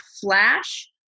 flash